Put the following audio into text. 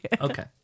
okay